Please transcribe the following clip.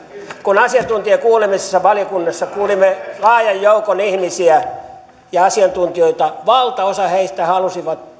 kun asiantuntijakuulemisissa valiokunnassa kuulimme laajan joukon ihmisiä ja asiantuntijoita valtaosa heistä halusi